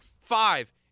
Five